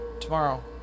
tomorrow